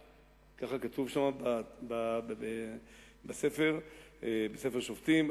כך כתוב בספר שופטים,